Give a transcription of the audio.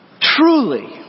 truly